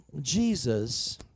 Jesus